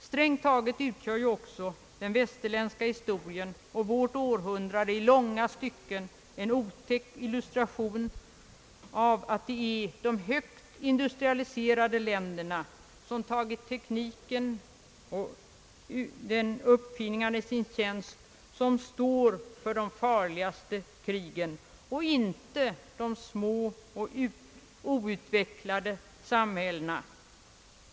Strängt taget utgör ju också den västerländska historien, inte minst i vårt århundrade, i långa stycken en otäck illustration av att det är de högt industrialiserade länderna — de som tagit tekniken och uppfinningarna i sin tjänst — som står för de farligaste krigen och inte de små och outvecklade samhällena.